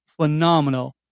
phenomenal